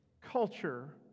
culture